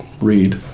read